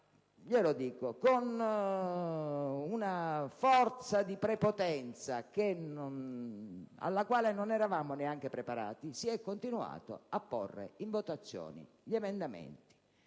con una forza e una prepotenza alla quale non eravamo neanche preparati, si è continuato a porre in votazione gli emendamenti.